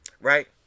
right